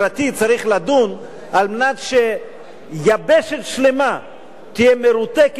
צריך לדון על מנת שיבשת שלמה תהיה מרותקת